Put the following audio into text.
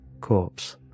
Corpse